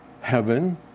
heaven